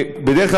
בדרך כלל,